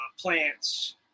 plants